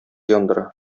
яндыра